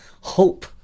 hope